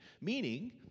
meaning